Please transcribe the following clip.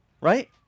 Right